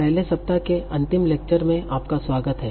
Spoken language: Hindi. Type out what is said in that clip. पहले सप्ताह के अंतिम लेक्चर में आपका स्वागत है